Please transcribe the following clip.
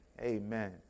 Amen